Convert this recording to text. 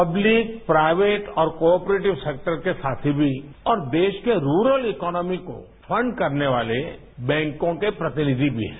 public private और cooperative sector के साथी भी है और देश के रूलर इकोनॉमी को फंड करने वाले बैंकों के प्रतिनिधि भी हैं